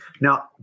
Now